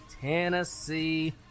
Tennessee